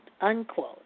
unquote